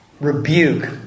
rebuke